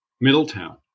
Middletown